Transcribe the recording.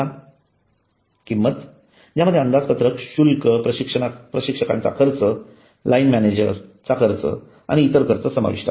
किंमत ज्यामध्ये अंदाजपत्रक शुल्क प्रशिक्षकांचा खर्च लाइन मॅनेजर चा खर्च आणि इतर खर्च समाविष्ट आहेत